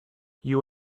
you